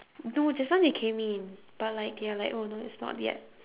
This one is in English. no just now they came in but like they are like oh no it's not yet